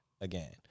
again